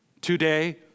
today